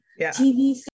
TV